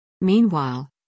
Meanwhile